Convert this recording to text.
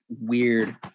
weird